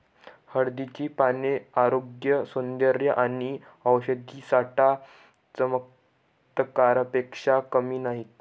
हळदीची पाने आरोग्य, सौंदर्य आणि औषधी साठी चमत्कारापेक्षा कमी नाहीत